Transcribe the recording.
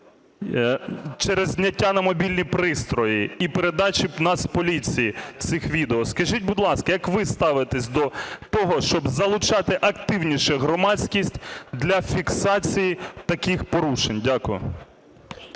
через зняття на мобільні пристрої і передачі Нацполіції цих відео. Скажіть, будь ласка, як ви ставитесь до того, щоб залучати активніше громадськість для фіксації таких порушень? Дякую.